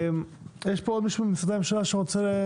בבקשה.